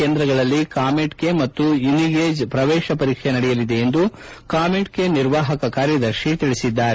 ಕೇಂದ್ರಗಳಲ್ಲಿ ಕಾಮೆಡ್ ಕೆ ಮತ್ತು ಯೂನಿಗೇಜ್ ಪ್ರವೇಶ ಪರೀಕ್ಷೆ ನಡೆಯಲಿದೆ ಎಂದು ಕಾಮೆಡ್ ಕೆ ನಿರ್ವಾಹಕ ಕಾರ್ಯದರ್ತಿ ತಿಳಿಸಿದ್ದಾರೆ